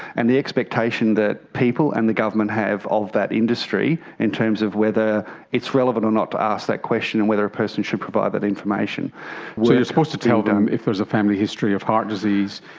and the expectation that people and the government have of that industry in terms of whether it's relevant or not to ask that question and whether a person should provide that information. so you're supposed to tell them if there is a family history of heart disease,